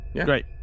Great